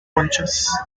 conchas